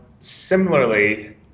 similarly